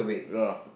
ya